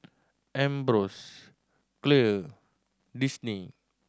Ambros Clear Disney